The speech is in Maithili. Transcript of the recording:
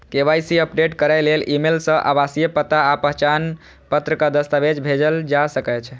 के.वाई.सी अपडेट करै लेल ईमेल सं आवासीय पता आ पहचान पत्रक दस्तावेज भेजल जा सकैए